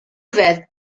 ryfedd